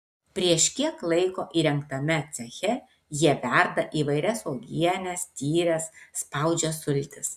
prieš kiek laiko įrengtame ceche jie verda įvairias uogienes tyres spaudžia sultis